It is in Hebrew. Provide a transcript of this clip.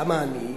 למה אני?